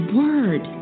word